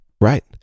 right